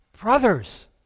Brothers